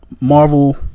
Marvel